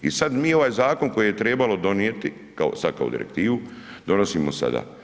I sad mi ovaj zakon koji je trebalo donijeti sad kao direktivu, donosimo sada.